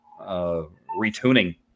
retuning